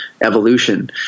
evolution